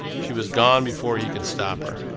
she was gone before he could stop her.